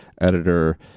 editor